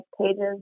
pages